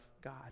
God